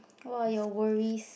what are your worries